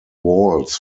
walls